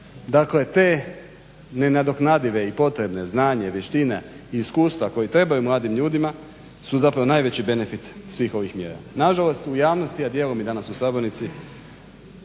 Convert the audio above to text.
Dakle te nenadoknadive i potrebne znanje, vještine i iskustva koji trebaju mladim ljudima su zapravo najveći benefit svih ovih mjera. Nažalost u javnosti, a dijelom i danas u sabornici